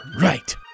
right